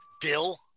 Dill